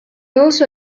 also